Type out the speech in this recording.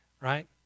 Right